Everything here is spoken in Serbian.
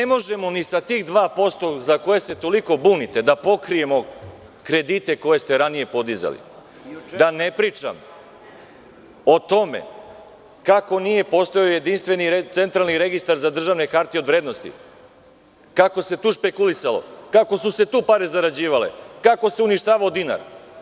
Ne možemo ni sa tih 2%, za koje se toliko bunite, da pokrijemo kredite koje ste ranije podizali, da ne pričam o tome kako nije postojao jedinstveni centralni registar za državne hartije od vrednosti, kako se tu špekulisalo, kakve su se tu pare zarađivale, kako se uništavao dinar.